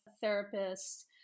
therapist